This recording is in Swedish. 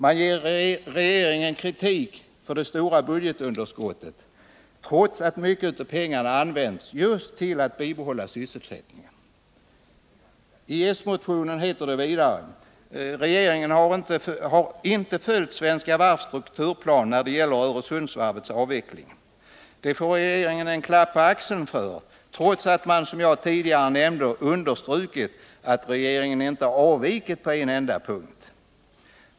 Man ger regeringen kritik för det stora budgetunderskottet, trots att mycket av pengarna använts just till att bibehålla sysselsättningen. I s-motionen heter det vidare: ”Regeringen har inte följt Svenska Varvs strukturplan när det gäller Öresundsvarvets avveckling.” — Detta får regeringen en klapp på axeln för, trots att man som jag tidigare nämnde understrukit att regeringen inte avvikit från planen på en enda punkt.